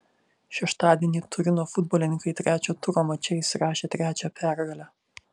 šeštadienį turino futbolininkai trečio turo mače įsirašė trečią pergalę